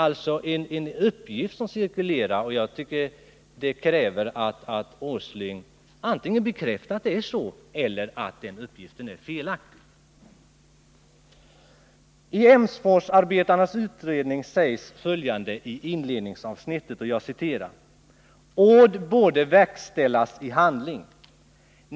Denna uppgift cirkulerar alltså, och jag tycker att det kan krävas att herr Åsling antingen bekräftar eller förnekar dess riktighet. I Emsforsarbetarnas utredning säges följande i inledningsavsnittet: ”Ord borde verkställas i handling.